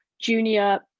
junior